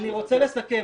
אני רוצה לסכם.